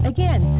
Again